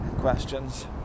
questions